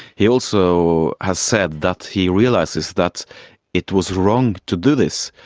he also has said that he realises that it was wrong to do this,